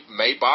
Maybach